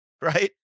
right